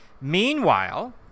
meanwhile